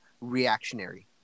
reactionary